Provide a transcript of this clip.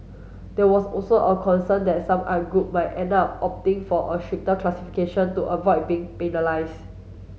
there was also a concern that some art group might end up opting for a stricter classification to avoid being penalise